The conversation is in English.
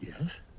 Yes